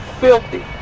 filthy